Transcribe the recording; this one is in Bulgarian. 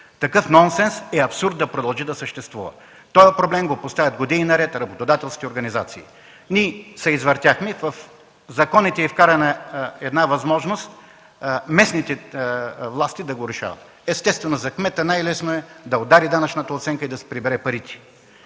Такъв нонсенс е абсурд да продължи да съществува. Този проблем се поставя години наред от работодателските организации. Ние се извъртяхме, в законите е вкарана възможност местните власти да го решават. Естествено, за кмета е най-лесно да удари данъчната оценка и да си прибере парите.